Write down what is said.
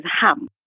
ham